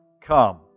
come